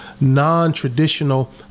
non-traditional